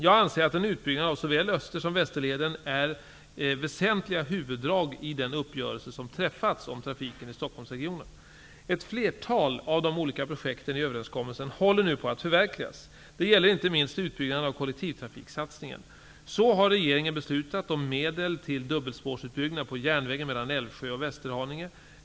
Jag anser att en utbyggnad av såväl Östersom Västerleden är väsentliga huvuddrag i den uppgörelse som träffats om trafiken i Ett flertal av de olika projekten i överenskommelsen håller nu på att förverkligas. Det gäller inte minst kollektivtrafiksatsningen. Så har regeringen beslutat om medel till dubbelspårsutbyggnad på järnvägen mellan Älvsjö och Västerhaninge.